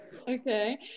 Okay